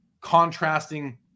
contrasting